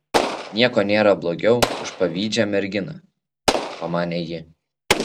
nieko nėra blogiau už pavydžią merginą pamanė ji